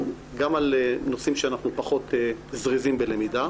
גם על נושאים שאנחנו פחות זריזים בלמידה,